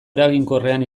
eraginkorrean